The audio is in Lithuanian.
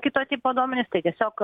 kito tipo duomenys tai tiesiog